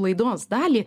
laidos dalį